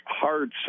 hard